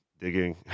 digging